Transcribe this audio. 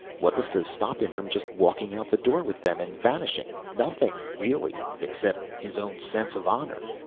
what was to stop him from just walking out the door with them and vanishing. nothing really, except his own sense of honor.